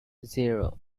zero